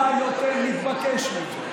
מה יותר מתבקש מזה,